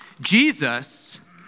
Jesus